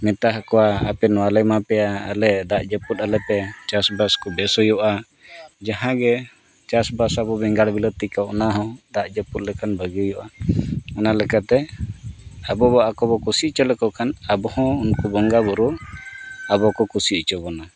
ᱢᱮᱛᱟ ᱟᱠᱚᱣᱟ ᱟᱯᱮ ᱱᱚᱣᱟᱞᱮ ᱮᱢᱟ ᱯᱮᱭᱟ ᱟᱞᱮ ᱫᱟᱜ ᱡᱟᱹᱯᱩᱫ ᱟᱞᱮ ᱯᱮ ᱪᱟᱥ ᱵᱟᱥ ᱠᱚ ᱵᱮᱥ ᱦᱩᱭᱩᱜᱼᱟ ᱡᱟᱦᱟᱸᱜᱮ ᱪᱟᱥ ᱵᱟᱥ ᱟᱵᱚ ᱵᱮᱸᱜᱟᱲ ᱵᱤᱞᱟᱹᱛᱤ ᱠᱚ ᱚᱱᱟ ᱦᱚᱸ ᱫᱟᱜ ᱡᱟᱹᱯᱩᱫ ᱞᱮᱠᱷᱟᱱ ᱵᱷᱟᱹᱜᱤ ᱦᱩᱭᱩᱜᱼᱟ ᱚᱱᱟ ᱞᱮᱠᱟᱛᱮ ᱟᱵᱚᱣᱟᱜ ᱟᱠᱚ ᱵᱚᱱ ᱠᱩᱥᱤ ᱦᱚᱪᱚ ᱞᱮᱠᱚ ᱠᱷᱟᱱ ᱟᱵᱚ ᱦᱚᱸ ᱩᱱᱠᱩ ᱵᱚᱸᱜᱟ ᱵᱩᱨᱩ ᱟᱵᱚ ᱠᱚ ᱠᱩᱥᱤ ᱦᱚᱪᱚ ᱵᱚᱱᱟ